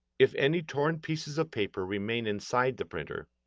if any torn pieces of paper remain inside the printer,